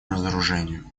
разоружению